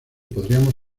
podríamos